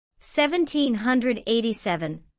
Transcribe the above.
1787